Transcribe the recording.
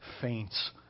faints